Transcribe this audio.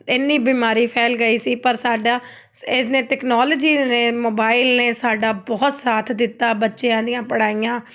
ਇੰਨੀ ਬਿਮਾਰੀ ਫੈਲ ਗਈ ਸੀ ਪਰ ਸਾਡਾ ਇਹਨੇ ਤੈਕਨੋਲੋਜੀ ਨੇ ਮੋਬਾਇਲ ਨੇ ਸਾਡਾ ਬਹੁਤ ਸਾਥ ਦਿੱਤਾ ਬੱਚਿਆਂ ਦੀਆਂ ਪੜ੍ਹਾਈਆਂ